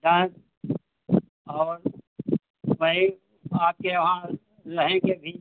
बताएं और वही आपके वहाँ रहेंगे भी